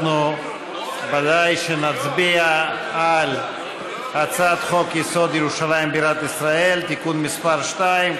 אנחנו נצביע על הצעת חוק-יסוד: ירושלים בירת ישראל (תיקון מס' 2),